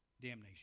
damnation